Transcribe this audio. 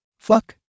Fuck